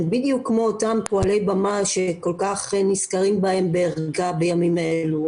הם בדיוק כמו אותם פועלי במה שנזכרים בהם כל כך בערגה בימים האלו.